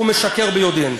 הוא משקר ביודעין.